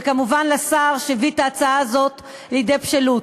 וכמובן לשר, שהביא את ההצעה הזאת לידי בשלות.